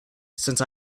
since